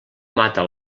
mata